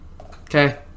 Okay